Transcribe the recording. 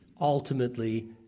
ultimately